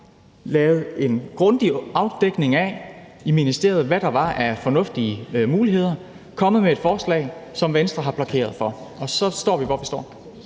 lavet en grundig afdækning i ministeriet af, hvad der var af fornuftige muligheder, og er kommet med et forslag, som Venstre har blokeret for, og så står vi, hvor vi står.